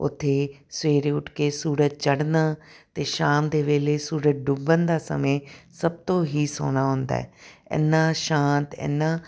ਉੱਥੇ ਸਵੇਰੇ ਉੱਠ ਕੇ ਸੂਰਜ ਚੜ੍ਹਨਾ ਅਤੇ ਸ਼ਾਮ ਦੇ ਵੇਲੇ ਸੂਰਜ ਡੁੱਬਣ ਦਾ ਸਮੇਂ ਸਭ ਤੋਂ ਹੀ ਸੋਹਣਾ ਹੁੰਦਾ ਐਨਾ ਸ਼ਾਂਤ ਐਨਾ